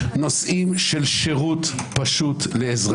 נושאים של שירות פשוט לאזרחים.